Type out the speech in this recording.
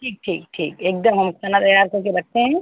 ठीक ठीक ठीक एक दम हम खाना तैयार करके रखते हैं